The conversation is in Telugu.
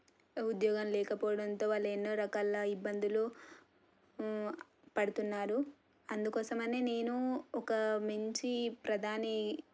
ఉద్యోగం లేకపోవడంతో వాళ్ళు ఎన్నో రకాల ఇబ్బందులు పడుతున్నారు అందుకోసమనే నేను ఒక మంచి ప్రధాని